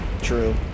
true